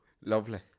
lovely